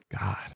god